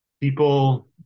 people